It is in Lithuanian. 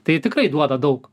tai tikrai duoda daug